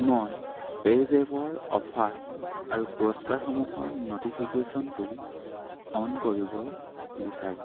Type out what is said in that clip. মই পে'জেপৰ অফাৰ আৰু পুৰস্কাৰসমূহৰ ন'টিফিকেশ্যনটো অন কৰিব বিচাৰোঁ